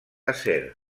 acer